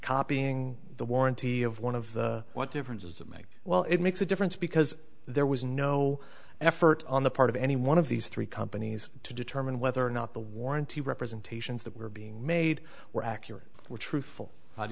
copying the warranty of one of the what difference does it make well it makes a difference because there was no effort on the part of any one of these three companies to determine whether or not the warranty representations that were being made were accurate were truthful how do